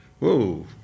Whoa